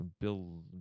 Bill